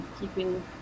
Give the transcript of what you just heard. keeping